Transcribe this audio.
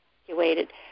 evacuated